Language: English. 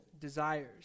desires